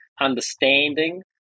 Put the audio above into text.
understanding